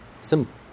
Simple